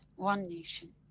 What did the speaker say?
one nation,